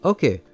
Okay